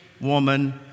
woman